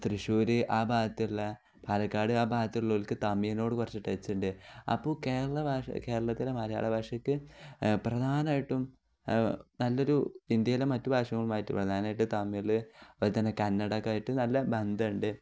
തൃശ്ശൂർ ആ ഭാഗത്തുള്ള പാലക്കാട് ആ ഭാഗത്തുള്ളവർക്ക് തമിഴിനോട്കൊ കുറച്ച് ടച്ചുണ്ട് അപ്പോൾ കേരള ഭാഷ കേരളത്തിലെ മലയാള ഭാഷയ്ക്ക് പ്രധാനമായിട്ടും നല്ല ഒരു ഇന്ത്യയിലെ മറ്റു ഭാഷകളുമായിട്ട് പ്രധാനമായിട്ട് തമിഴിൽ അതുപോലെ തന്നെ കന്നഡക്കായിട്ട് നല്ല ബന്ധമുണ്ട്